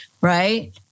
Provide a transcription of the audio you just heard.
right